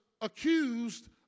accused